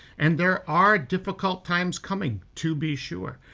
and there are difficult times coming to be sure.